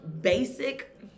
basic